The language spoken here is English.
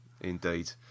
indeed